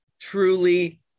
truly